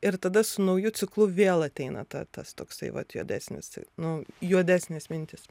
ir tada su nauju ciklu vėl ateina ta tas toksai vat juodesnis nu juodesnės mintys